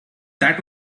that